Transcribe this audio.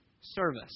service